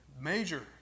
major